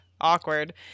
Awkward